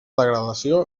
degradació